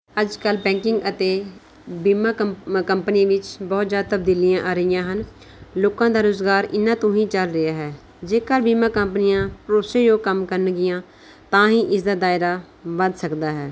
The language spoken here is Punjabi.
ਅੱਜ ਕੱਲ੍ਹ ਬੈਂਕਿੰਗ ਅਤੇ ਬੀਮਾ ਕੰ ਕੰਪਨੀ ਵਿੱਚ ਬਹੁਤ ਜ਼ਿਆਦਾ ਤਬਦੀਲੀਆਂ ਆ ਰਹੀਆਂ ਹਨ ਲੋਕਾਂ ਦਾ ਰੁਜ਼ਗਾਰ ਇਹਨਾਂ ਤੋਂ ਹੀ ਚੱਲ ਰਿਹਾ ਹੈ ਜੇਕਰ ਬੀਮਾ ਕੰਪਨੀਆਂ ਭਰੋਸੇਯੋਗ ਕੰਮ ਕਰਨਗੀਆਂ ਤਾਂ ਹੀ ਇਸਦਾ ਦਾਇਰਾ ਵੱਧ ਸਕਦਾ ਹੈ